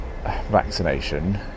vaccination